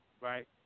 right